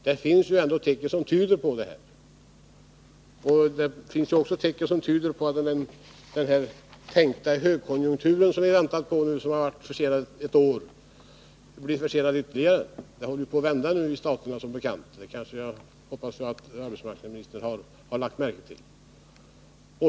Det finns ändå tecken som tyder på detta, och det finns också tecken som tyder på att den högkonjunktur som vi väntat på och som är försenad med ett år blir försenad ytterligare. Det håller som bekant på att vända sig nu i Förenta staterna, vilket jag hoppas att arbetsmarknadsministern har lagt märke till.